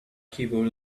keyboard